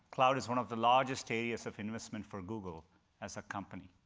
cloud is one of the largest areas of investment for google as a company.